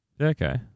Okay